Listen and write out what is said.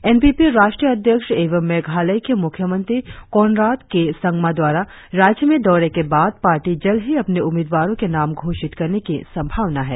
N P P राष्ट्रीय अध्यक्ष एवं मेघालय के मुख्यमंत्री कोनरड के संगमा द्वारा राज्य में दौरे के बाद पार्टी जल्द ही अपने उम्मीदवारों के नाम घोषित करने की संभावना है